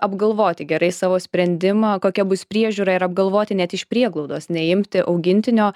apgalvoti gerai savo sprendimą kokia bus priežiūra ir apgalvoti net iš prieglaudos neimti augintinio